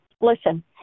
listen